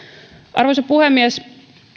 arvoisa puhemies